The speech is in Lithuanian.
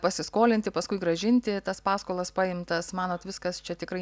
pasiskolinti paskui grąžinti tas paskolas paimtas manot viskas čia tikrai